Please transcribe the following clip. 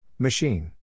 Machine